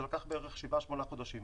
זה לקח בערך 7-8 חודשים.